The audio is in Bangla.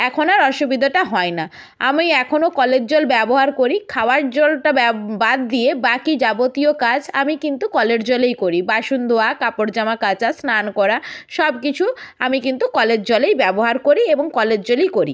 এখন আর অসুবিধেটা হয় না আমি এখনো কলের জল ব্যবহার করি খাওয়ার জলটা ব্যব বাদ দিয়ে বাকি যাবতীয় কাজ আমি কিন্তু কলের জলেই করি বাসন ধোয়া কাপড় জামা কাচা স্নান করা সব কিছু আমি কিন্তু কলের জলেই ব্যবহার করি এবং কলের জলেই করি